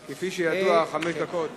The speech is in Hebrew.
כפי שידוע, חמש דקות לרשותך.